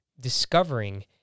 discovering